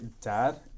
dad